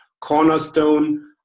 cornerstone